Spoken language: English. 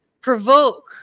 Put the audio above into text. provoke